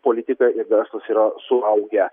politika ir verslas yra suaugę